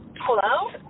Hello